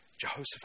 Jehoshaphat